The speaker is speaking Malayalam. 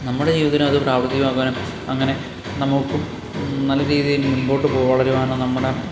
നമ്മുടെ ജീവിതത്തിനും അത് പ്രാവർത്തികമാക്കുവാനും അങ്ങനെ നമ്മള്ക്കും നല്ല രീതിയിൽ മുമ്പോട്ട് പോ വളരുവാനോ നമ്മുടെ